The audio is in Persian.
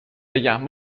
بگم